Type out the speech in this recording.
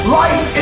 life